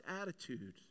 attitude